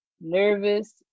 nervous